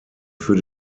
für